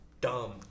dumb